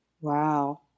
Wow